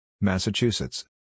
Massachusetts